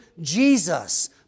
Jesus